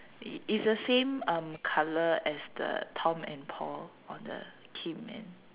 it it's the same um colour as the Tom and Paul on the theme and